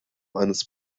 eines